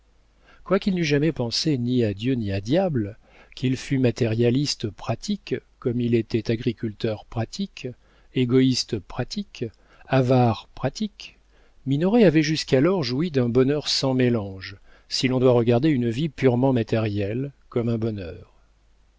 quoiqu'il n'eût jamais pensé ni à dieu ni à diable qu'il fût matérialiste pratique comme il était agriculteur pratique égoïste pratique avare pratique minoret avait jusqu'alors joui d'un bonheur sans mélange si l'on doit regarder une vie purement matérielle comme un bonheur